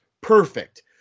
Perfect